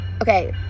Okay